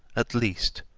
at least,